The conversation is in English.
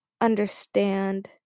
understand